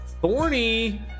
Thorny